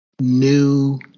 new